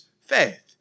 faith